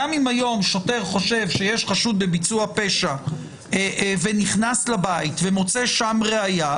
גם אם היום שוטר חושב שיש חשוד בביצוע פשע ונכנס לבית ומוצא שם ראיה,